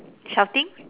shouting